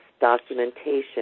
documentation